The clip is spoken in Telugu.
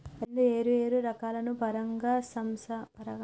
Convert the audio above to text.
రెండు ఏరు ఏరు రకాలను పరాగ సంపర్కం సేయడం ద్వారా కంపెనీ హెబ్రిడ్ ఇత్తనాలు సేత్తారు